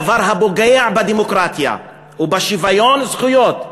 דבר הפוגע בדמוקרטיה ובשוויון זכויות,